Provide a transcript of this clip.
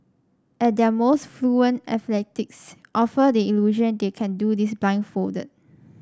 at their most fluent athletes offer the illusion they can do this blindfolded